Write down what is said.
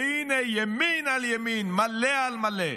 והינה, ימין על ימין, מלא על מלא,